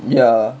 ya